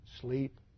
sleep